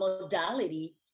modality